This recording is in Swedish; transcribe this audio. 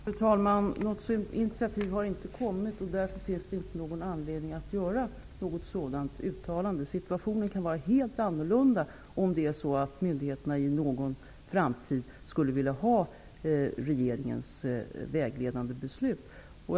Fru talman! Något sådant initiativ har inte kommit, och jag har därför inte någon anledning att göra ett uttalande. Situationen kan vara helt annorlunda i framtiden, om myndigheterna då skulle vilja ha ett vägledande beslut från regeringen.